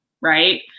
right